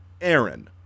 Aaron